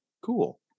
Cool